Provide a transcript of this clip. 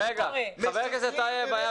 חבר הכנסת כסיף,